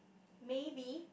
maybe